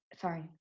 sorry